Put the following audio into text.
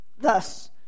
Thus